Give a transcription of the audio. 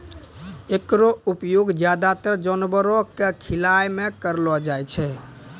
एकरो उपयोग ज्यादातर जानवरो क खिलाय म करलो जाय छै